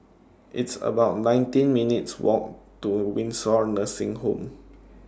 It's about nineteen minutes' Walk to Windsor Nursing Home